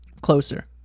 closer